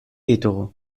ditugu